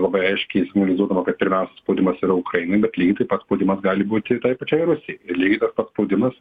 labai aiškiai signalizuodama kad pirmiausia spaudimas yra ukrainai bet lygiai taip pat spaudimas gali būti ir tai pačiai rusijai ir lygiai tas pats spaudimas